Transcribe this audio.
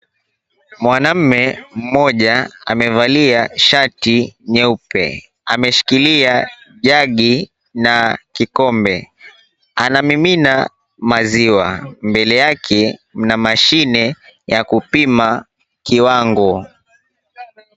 Mwanaume mmoja amevalia shati nyeupe. Ameshikilia jagi na kikombe. Anamimina maziwa. Mbele yake mna mashine ya kupima kiwango.